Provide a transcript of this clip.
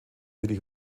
willy